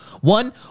One